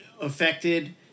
affected